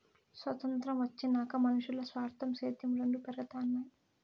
సొతంత్రం వచ్చినాక మనునుల్ల స్వార్థం, సేద్యం రెండు పెరగతన్నాయి